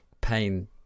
pain